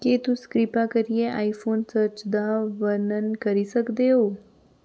केह् तुस किरपा करियै आईफोन सर्च दा वर्णन करी सकदे ओ